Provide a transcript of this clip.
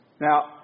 Now